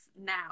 now